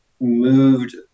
moved